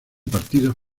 partidos